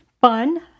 fun